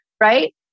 right